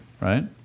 right